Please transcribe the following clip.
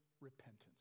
repentance